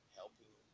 helping